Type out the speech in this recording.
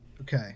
Okay